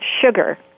sugar